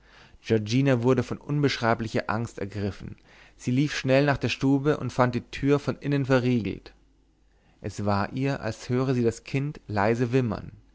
giorgina wurde von unbeschreiblicher angst ergriffen sie lief schnell nach der stube und fand die tür von innen verriegelt es war ihr als höre sie das kind leise wimmern